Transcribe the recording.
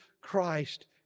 Christ